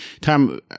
Tom